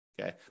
okay